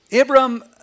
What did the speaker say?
Abram